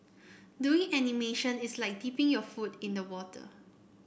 doing animation is like dipping your foot in the water